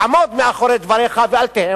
עמוד מאחורי דבריך ואל תהיה מפא"יניק.